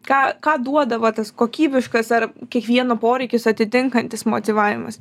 ką ką duodavo tas kokybiškas ar kiekvieno poreikius atitinkantis motyvavimas